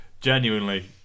Genuinely